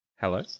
Hello